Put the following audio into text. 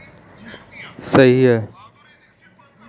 हमने हमारा घर खरीदने से पहले होम लोन के लिए आवेदन किया था